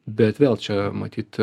bet vėl čia matyt